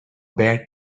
bad